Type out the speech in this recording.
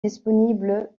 disponible